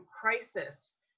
crisis